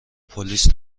پلیس